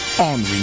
on